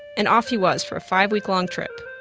and off he was, for a five-week-long trip.